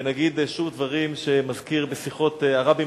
ונגיד שוב דברים שמזכיר בשיחות הרבי